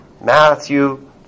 Matthew